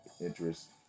interest